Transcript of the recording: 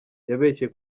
yabeshye